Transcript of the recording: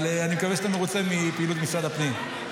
אני מקווה שאתה מרוצה מפעילות משרד הפנים.